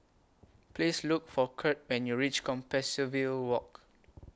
Please Look For Curt when YOU REACH Compassvale Walk